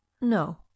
No